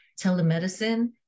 telemedicine